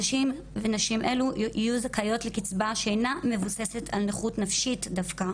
אנשים ונשים אלו יהיו זכאיות לקצבה שאינה מבוססת על נכות נפשית דווקא,